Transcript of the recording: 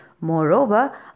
Moreover